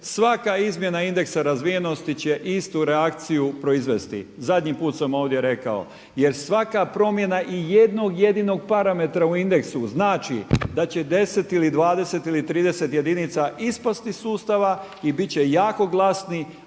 svaka izmjena indeksa razvijenosti će istu reakciju proizvesti. Zadnji put sam ovdje rekao, jer svaka promjena i jednog jedinog parametra u indeksu znači da će 10 ili 20 ili 30 jedinica ispast iz sustava i bit će jako glasni,